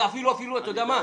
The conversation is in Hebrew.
אתה יודע מה?